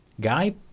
Guy